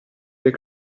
dai